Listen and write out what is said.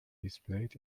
displayed